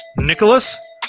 Nicholas